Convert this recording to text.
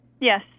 Yes